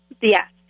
Yes